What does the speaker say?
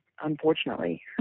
unfortunately